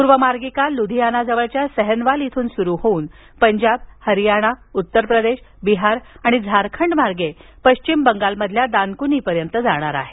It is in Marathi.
पूर्व मार्गिका लुधियाना जवळच्या सहेनवाल इथून सुरु होऊन पंजाब हरियाना उत्तर प्रदेश बिहार आणि झारखंड मार्गे पश्चिम बंगालमधील दानकुनीपर्यंत जाणार आहे